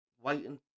waiting